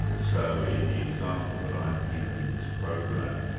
so in the example that i've given in this program,